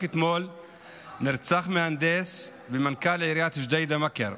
רק אתמול נרצח מהנדס ומנכ"ל עיריית ג'דיידה-מכר,